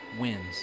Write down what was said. wins